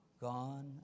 gone